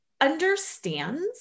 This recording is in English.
understands